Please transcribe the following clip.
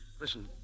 Listen